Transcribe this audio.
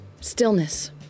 Stillness